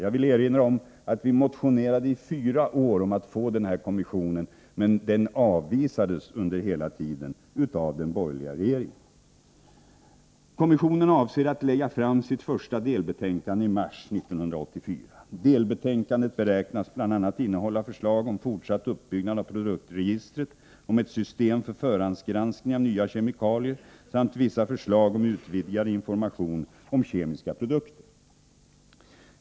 Jag vill erinra om att vi motionerade i fyra år för att få denna kommission, men den avvisades hela tiden av den borgerliga regeringen. Kommissionen avser att lägga fram sitt första delbetänkande i mars 1984. Delbetänkandet beräknas bl.a. innehålla förslag om fortsatt uppbyggnad av produktregistret, om ett system för förhandsgranskning av nya kemikalier samt vissa förslag om utvidgad information om kemiska produkter.